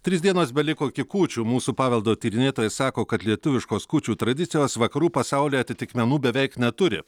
trys dienos beliko iki kūčių mūsų paveldo tyrinėtojai sako kad lietuviškos kūčių tradicijos vakarų pasaulyje atitikmenų beveik neturi